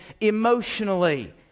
emotionally